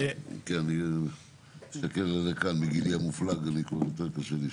כי אני אמרתי מתחילת הדיון, מבחינתי יש שני חלקים.